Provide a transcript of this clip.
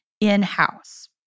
in-house